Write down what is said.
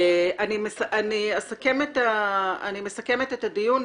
אני מסכמת את הדיון,